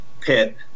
pit